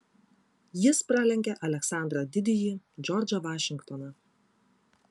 jis pralenkė aleksandrą didįjį džordžą vašingtoną